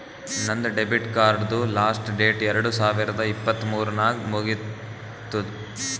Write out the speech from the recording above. ನಂದ್ ಡೆಬಿಟ್ ಕಾರ್ಡ್ದು last date ಎರಡು ಸಾವಿರದ ಇಪ್ಪತ್ ಮೂರ್ ನಾಗ್ ಮುಗಿತ್ತುದ್